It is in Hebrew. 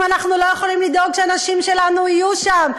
אנחנו לא יכולים לדאוג שהאנשים שלנו יהיו שם?